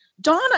Donna